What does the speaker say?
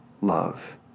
love